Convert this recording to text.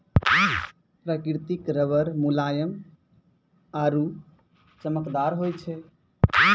प्रकृतिक रबर मुलायम आरु चमकदार होय छै